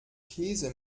käse